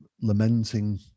lamenting